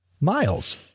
Miles